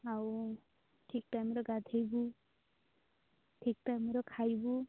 ଆଉ ଠିକ୍ ଟାଇମ୍ରେ ଗାଧେଇବୁ ଠିକ୍ ଟାଇମ୍ରେ ଖାଇବୁ